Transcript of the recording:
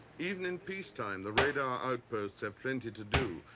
even in peacetime the radar outposts have plenty to do,